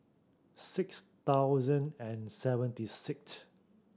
six thousand and seventy sixth